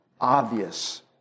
Obvious